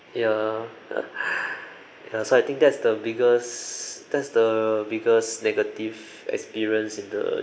ya ya so I think that's the biggest that's the biggest negative experience in the